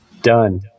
Done